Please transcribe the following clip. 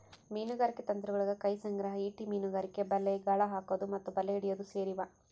ಮೀನುಗಾರಿಕೆ ತಂತ್ರಗುಳಗ ಕೈ ಸಂಗ್ರಹ, ಈಟಿ ಮೀನುಗಾರಿಕೆ, ಬಲೆ, ಗಾಳ ಹಾಕೊದು ಮತ್ತೆ ಬಲೆ ಹಿಡಿಯೊದು ಸೇರಿವ